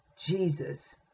Jesus